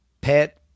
pet